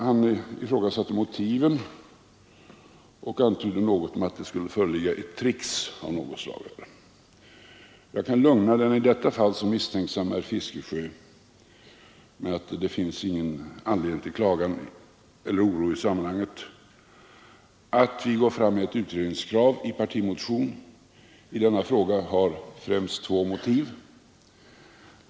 Han ifrågasatte motiven och antydde att det skulle föreligga ett trick av något slag. Jag kan lugna den i detta fall så misstänksamme herr Fiskesjö med att det inte finns någon anledning till klagan eller oro i sammanhanget. Att vi i en partimotion går fram med ett utredningskrav i denna fråga har främst två motiv.